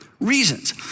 reasons